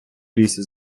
лісі